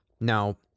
Now